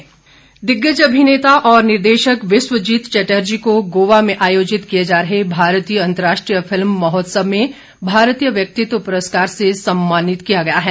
film महोत्सव दिग्गज अभिनेता और निर्देशक बिस्वजीत चटर्जी को गोवा में आयोजित किए जा रहे भारतीय अंतर्राष्ट्रीय फिल्म महोत्सव में भारतीय व्यक्तित्व पुरस्कार से सम्मानित किया गया है